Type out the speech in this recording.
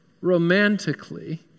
romantically